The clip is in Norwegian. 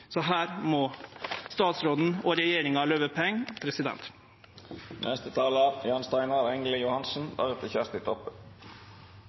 Så her må statsråden og regjeringa